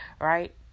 right